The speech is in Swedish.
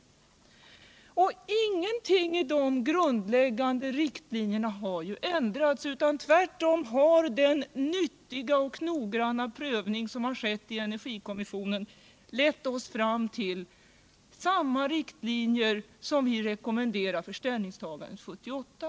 Ingenting i dessa grundläggande riktlinjer har ju ändrats; tvärtom har den nyttiga och noggranna prövning som har skett i energikommissionen lett oss fram till att rekommendera samma riktlinjer för ställningstagande 1978.